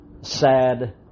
sad